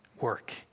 work